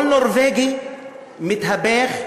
כל נורבגי מתהפך,